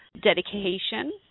dedication